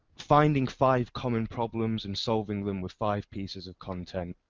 finding five common problems and solving them with five pieces of content,